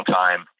time